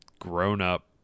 grown-up